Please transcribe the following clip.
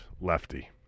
Lefty